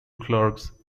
clerks